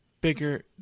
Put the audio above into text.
bigger